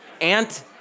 Ant